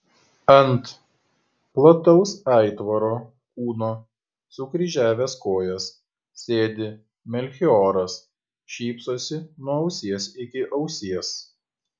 ant plataus aitvaro kūno sukryžiavęs kojas sėdi melchioras šypsosi nuo ausies iki ausies